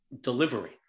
delivery